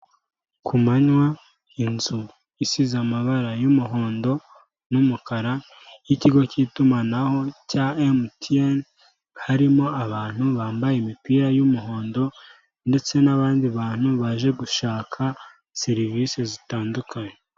Ku manywa inzu isize amabara y'umuhondo n'umukara y'ikigo cy'itumanaho cya MTN, harimo abantu bambaye imipira y'umuhondo ndetse n'abandi bantu baje gushaka serivisi zitandukanye.